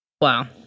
Wow